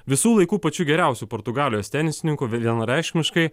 visų laikų pačiu geriausiu portugalijos tenisininku vienareikšmiškai